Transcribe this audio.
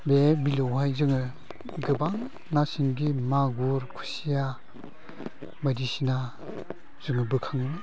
बे बिलोआवहाय जोङो गोबां ना सिंगि मागुर खुसिया बायदिसिना जों बोखाङो